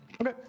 Okay